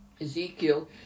Ezekiel